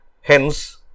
Hence